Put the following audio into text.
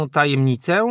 tajemnicę